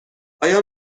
آیا